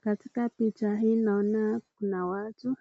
Katika picha hii naona kuna watu